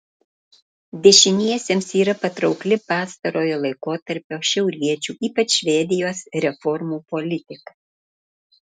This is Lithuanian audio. dešiniesiems yra patraukli pastarojo laikotarpio šiauriečių ypač švedijos reformų politika